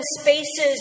spaces